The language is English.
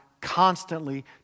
constantly